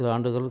சில ஆண்டுகள்